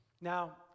Now